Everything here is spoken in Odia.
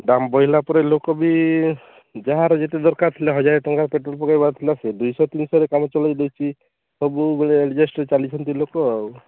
ଦାମ୍ ବଢ଼ିଲା ପରେ ଲୋକ ବି ଯାହାର ଯେତେ ଦରକାର ଥିଲା ହଜାର ଟଙ୍କା ପେଟ୍ରୋଲ୍ ପକାଇବା ଥିଲା ସେ ଦୁଇ ଶହ ତିନି ଶହରେ କାମ ଚଳାଇ ଦେଉଛି ସବୁବେଳେ ଆଡ଼ଜେଷ୍ଟରେ ଚାଲିଛନ୍ତି ଲୋକ ଆଉ